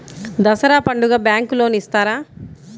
దసరా పండుగ bank loan ఇస్తారా?